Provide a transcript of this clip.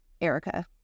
Erica